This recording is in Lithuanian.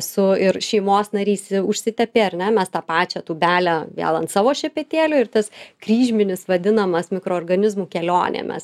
su ir šeimos narys užsitepė ar ne mes tą pačią tūbelę vėl ant savo šepetėlio ir tas kryžminis vadinamas mikroorganizmų kelionė mes